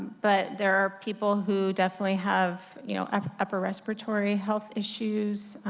but there are people who definitely have you know um upper respiratory health issues,